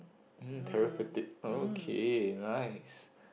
mm therapeutic oh okay nice